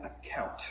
account